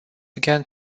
began